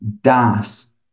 das